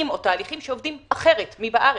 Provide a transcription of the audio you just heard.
או תהליכים שעובדים אחרת מאשר בארץ.